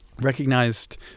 recognized